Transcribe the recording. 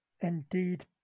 Indeed